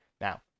Now